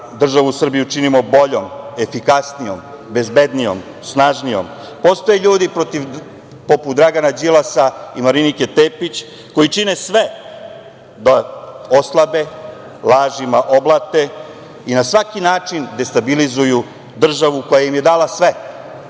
državu Srbiju činimo boljom, efikasnijom, bezbednijom, snažnijom, postoje ljudi poput Dragana Đilasa i Marinike Tepić koji čine sve da oslabe lažima oblate i na svaki način destabilizuju državu koja im je dala sve,